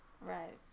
Right